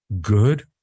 Good